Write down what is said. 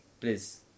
Please